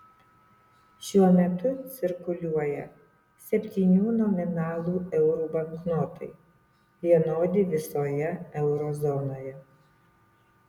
šiuo metu cirkuliuoja septynių nominalų eurų banknotai vienodi visoje euro zonoje